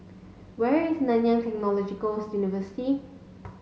where is Nanyang Technological's University